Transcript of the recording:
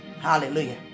Hallelujah